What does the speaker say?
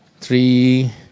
Three